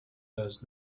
does